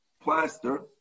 plaster